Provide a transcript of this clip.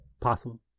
possible